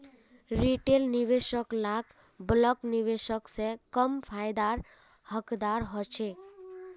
retail निवेशक ला bulk निवेशक से कम फायेदार हकदार होछे